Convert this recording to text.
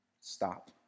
Stop